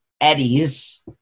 Eddie's